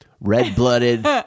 red-blooded